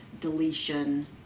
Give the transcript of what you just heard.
deletion